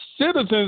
citizens